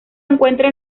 encuentra